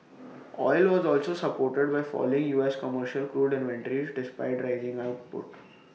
oil was also supported by falling U S commercial crude inventories despite rising output